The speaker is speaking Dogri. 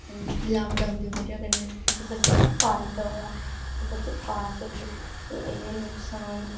लॉकडाऊन दी बजह कन्नै फायदा होआ बच्चे पास होए इन्ने नुक्सान